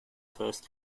first